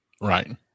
right